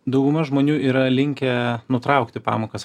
dauguma žmonių yra linkę nutraukti pamokas